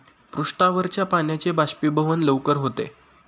पृष्ठावरच्या पाण्याचे बाष्पीभवन लवकर होते